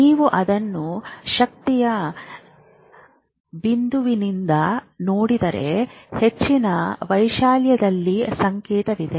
ನೀವು ಅದನ್ನು ಶಕ್ತಿಯ ಬಿಂದುವಿನಿಂದ ನೋಡಿದರೆ ಹೆಚ್ಚಿನ ವೈಶಾಲ್ಯದಲ್ಲಿ ಸಂಕೇತವಿದೆ